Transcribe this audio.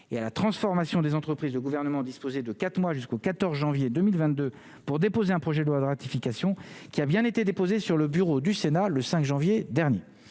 et à la transformation des entreprises, le gouvernement disposait de 4 mois jusqu'au 14 janvier 2022 pour déposer un projet de loi de ratification qui a bien été déposé sur le bureau du Sénat le 5 janvier dernier,